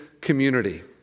community